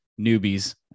newbies